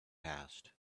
passed